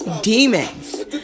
demons